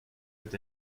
but